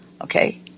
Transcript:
Okay